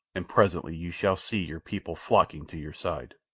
and presently you shall see your people flocking to your side.